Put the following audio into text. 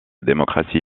démocratie